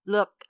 Look